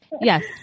Yes